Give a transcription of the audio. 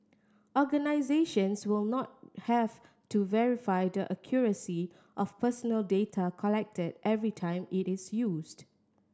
organisations will not have to verify the accuracy of personal data collected every time it is used